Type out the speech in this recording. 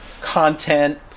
content